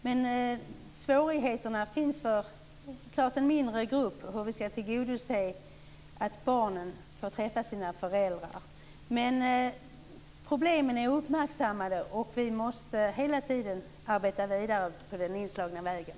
Det är klart att det finns svårigheter för en mindre grupp när det gäller att tillgodose barnens behov av att träffa sina föräldrar. Men problemen är uppmärksammade. Vi måste hela tiden arbeta vidare på den inslagna vägen.